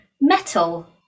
metal